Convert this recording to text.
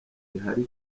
gihari